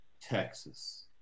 Texas